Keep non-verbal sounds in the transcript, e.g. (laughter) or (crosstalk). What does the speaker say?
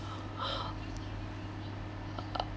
(breath)